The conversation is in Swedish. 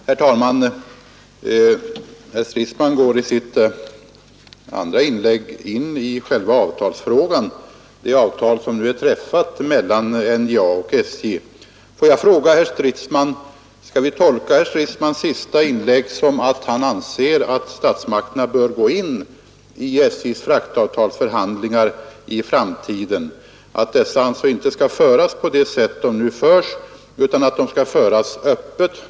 Herr talman! I sitt andra inlägg tog herr Stridsman upp själva avtalsfrågan — det avtal som nu är träffat mellan NJA och SJ. Skall vi tolka herr Stridsmans senaste inlägg som att han anser att statsmakterna bör gå in i SJ:s fraktavtalsförhandlingar i framtiden och att förhandlingarna alltså skall föras öppet och inte på det sättet som nu sker?